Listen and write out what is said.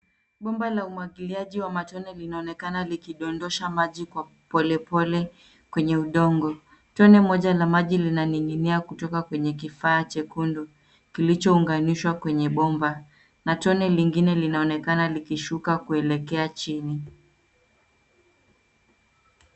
Bomba la umwagiliaji wa matone linaonekana likidondosha maji kwa polepole kwenye udongo. Tone moja la maji linaning'inia kutoka kwenye kifaa chekundu kilichounganishwa kwenye bomba na tone lingine linaonekana likishuka kuelekea chini.